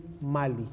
Mali